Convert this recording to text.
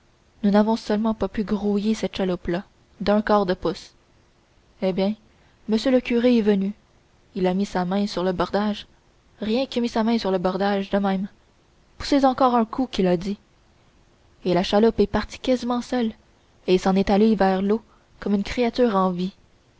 nous n'avons seulement pas pu grouiller cette chaloupe là d'un quart de pouce eh bien m le curé est venu il a mis sa main sur le bordage rien que mis sa main sur le bordage de même poussez encore un coup qu'il a dit et la chaloupe est partie quasiment seule et s'en est allée vers l'eau comme une créature en vie